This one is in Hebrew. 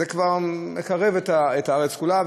זה כבר מקרב את הארץ כולה,